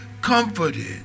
comforted